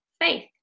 faith